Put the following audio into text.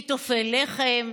היא תאפה לחם,